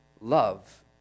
love